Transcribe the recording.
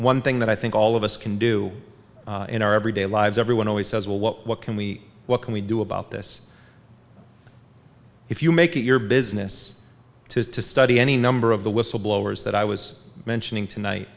one thing that i think all of us can do in our everyday lives everyone always says well what can we what can we do about this if you make it your business is to study any number of the whistleblowers that i was mentioning